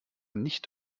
nicht